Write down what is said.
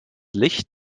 licht